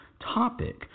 Topic